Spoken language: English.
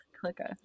Clicker